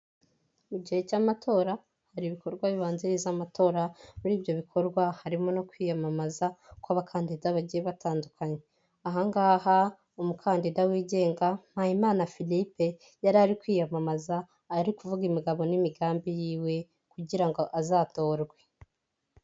Mu gihe cy'amatora hari ibikorwa bibanziriza amatora muri ibyo bikorwa harimo no kwiyamamaza kw'abakandida bagiye batandukanye. Aha ngaha umukandida wigenga Mpayimana Philippe yari ari kwiyamamaza ari kuvuga imigabo n'imigambi yiwe kugira ngo azatorwe.